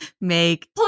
make